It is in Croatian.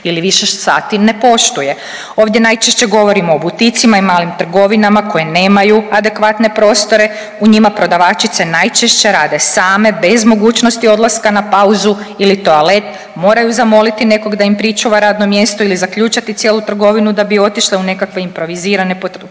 ili više sati, ne poštuje. Ovdje najčešće govorimo o buticima i malim trgovinama koje nemaju adekvatne prostore, u njima prodavačice najčešće rade same bez mogućnosti odlaska na pauzu ili toalet, moraju zamoliti nekog da im pričuva radno mjesto ili zaključati cijelu trgovinu da bi otišle u nekakve improvizirane prostorije